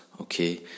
okay